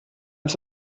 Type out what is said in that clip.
als